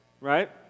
right